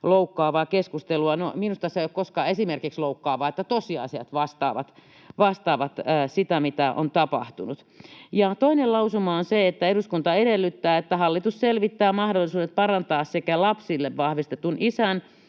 loukkaavaa keskustelua. No, minusta esimerkiksi se ei ole koskaan loukkaavaa, että tosiasiat vastaavat sitä, mitä on tapahtunut. Ja toinen lausuma: ”Eduskunta edellyttää, että hallitus selvittää mahdollisuudet parantaa sekä lapselle vahvistetun isän